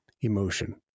emotion